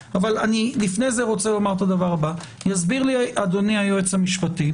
אבל מבחינתנו ההגדרות האלה --- מה ההגדרה של איש שנותן שירות לציבור?